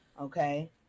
Okay